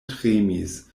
tremis